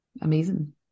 amazing